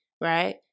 right